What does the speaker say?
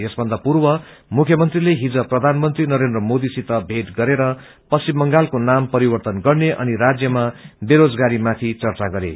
यसभन्दा पूर्व मुख्यमीले हिज प्रधानमंत्री नरेन्द्र मोदीसित भेट गरेर पश्चिम बंगालको नाम परिवर्तन गन्ने अनि राज्यमा बेरोजगारी माथि चर्चा गरे